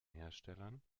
herstellern